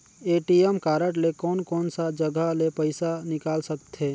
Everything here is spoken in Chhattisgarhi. ए.टी.एम कारड ले कोन कोन सा जगह ले पइसा निकाल सकथे?